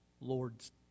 Lord's